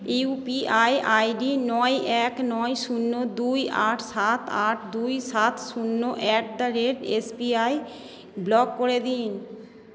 you P I I D নয় এক নয় শূন্য দুই আট সাত আট দুই সাত শূন্য at the rate S B I block করে দিন